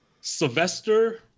Sylvester